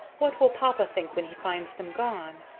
what will papa think when he finds them gone?